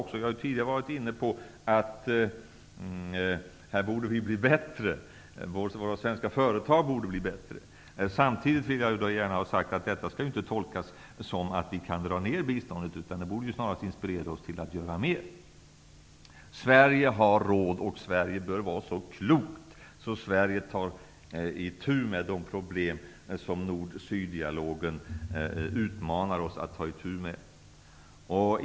Jag har tidigare varit inne på att våra svenska företag borde bli bättre. Samtidigt vill jag säga att detta inte skall tolkas så att vi kan minska biståndet, utan det borde snarast inspirera oss att göra mer. Sverige har råd, och vi bör vara så kloka att vi tar itu med de problem som nord--syd-dialogen uppmanar oss att ta itu med.